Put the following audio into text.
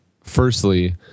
firstly